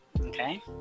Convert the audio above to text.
Okay